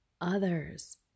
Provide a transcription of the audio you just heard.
others